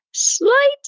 slight